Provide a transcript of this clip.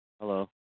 Hello